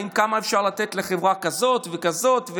כמה אפשר לתת לחברה כזאת וכזאת,